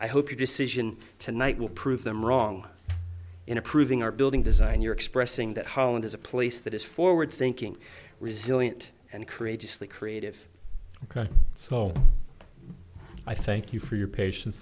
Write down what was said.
i hope your decision tonight will prove them wrong in approving our building design you're expressing that holland is a place that is forward thinking resilient and courageously creative so i thank you for your patien